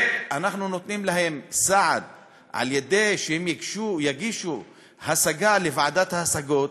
אנחנו נותנים להם סעד על-ידי שהם יגישו השגה לוועדת ההשגות.